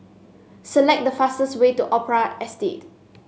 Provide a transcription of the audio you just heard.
select the fastest way to Opera Estate